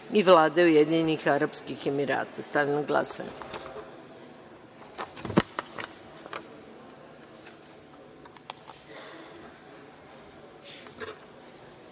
i Vlade Ujedinjenih Arapskih Emirata. Stavljam na